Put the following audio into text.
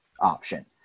option